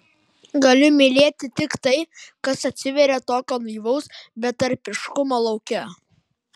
galiu mylėti tik tai kas atsiveria tokio naivaus betarpiškumo lauke